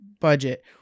budget